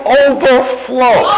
overflow